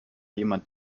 jemand